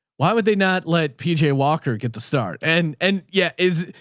why would they not let pj walker get the start? and, and yeah. is,